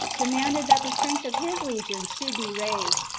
demanded that the strength of his legions should be raised,